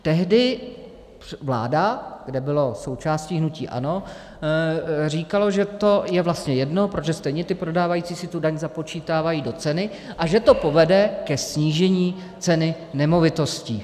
Tehdy vláda, kde bylo součástí hnutí ANO, říkala, že to je vlastně jedno, protože stejně ti prodávající si tu daň započítávají do ceny, a že to povede ke snížení ceny nemovitostí.